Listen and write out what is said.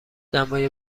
دمای